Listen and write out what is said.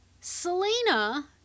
Selena